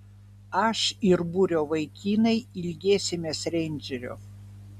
aš ir būrio vaikinai ilgėsimės reindžerio